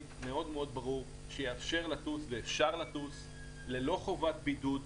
מאוד מאוד ברור שיאפשר לטוס ללא חובת בידוד,